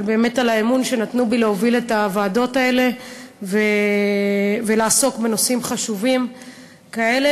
על האמון שנתנו בי להוביל את הוועדות האלה ולעסוק בנושאים חשובים כאלה.